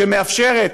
שמאפשרת